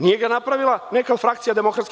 Nije ga napravila neka frakcija DS.